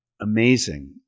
amazing